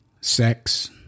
sex